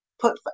put